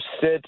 sit